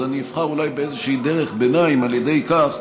אז אני אבחר אולי באיזושהי דרך ביניים על ידי כך,